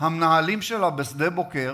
המנהלים שלה בשדה-בוקר,